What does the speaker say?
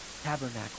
tabernacle